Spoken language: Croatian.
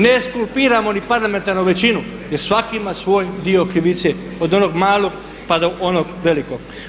Ne ekskulpiramo ni parlamentarnu većinu jer svatko ima svoj dio krivice, od onog malog pa do onog velikog.